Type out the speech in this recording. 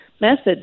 message